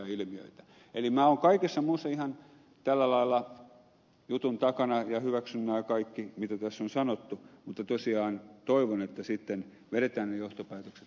eli minä olen kaikessa muussa ihan tällä lailla jutun takana ja hyväksyn nämä kaikki mitä tässä on sanottu mutta tosiaan toivon että sitten vedetään ne johtopäätökset mahdollisimman äkkiä